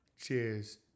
Cheers